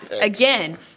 Again